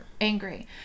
angry